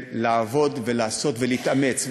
לעבוד ולעשות ולהתאמץ.